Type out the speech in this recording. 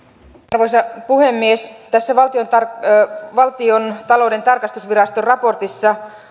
arvoisa puhemies tässä valtiontalouden tarkastusviraston raportissa